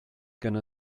gonna